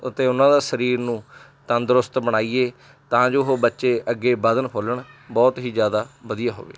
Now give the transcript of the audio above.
ਅਤੇ ਉਹਨਾਂ ਦਾ ਸਰੀਰ ਨੂੰ ਤੰਦਰੁਸਤ ਬਣਾਈਏ ਤਾਂ ਜੋ ਉਹ ਬੱਚੇ ਅੱਗੇ ਵਧਣ ਫੁੱਲਣ ਬਹੁਤ ਹੀ ਜ਼ਿਆਦਾ ਵਧੀਆ ਹੋਵੇ